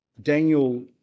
Daniel